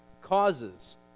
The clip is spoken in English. causes